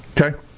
Okay